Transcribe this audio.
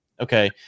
Okay